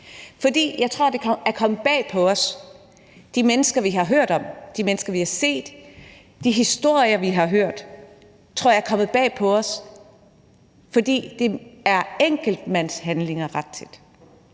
der. Jeg tror, det er kommet bag på os med de mennesker, vi har hørt om, de mennesker, vi har set, og de historier, vi har hørt, for det er ret tit på grund af enkeltmandshandlinger.